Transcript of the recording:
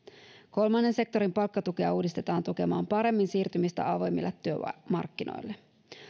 kolmannen sektorin palkkatukea uudistetaan tukemaan paremmin siirtymistä avoimille työmarkkinoille